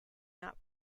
not